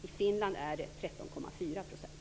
I Finland är den 13,4 %.